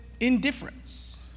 indifference